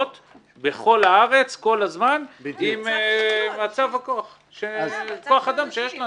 בכל הארץ כל הזמן עם מצב כוח אדם שיש לנו.